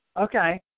Okay